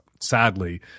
sadly